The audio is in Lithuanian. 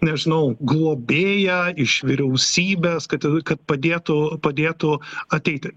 nežinau globėją iš vyriausybės kad kad padėtų padėtų ateiti